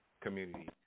community